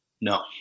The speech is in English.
No